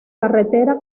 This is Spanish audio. carretera